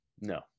No